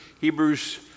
Hebrews